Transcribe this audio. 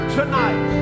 tonight